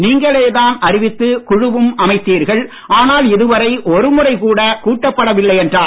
நீங்களேதான் அறிவித்து குழுவும் அமைத்தீர்கள் ஆனால் இதுவரை ஒரு முறைக்கூட கூட்டப்படவில்லை என்றார்